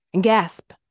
gasp